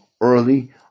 early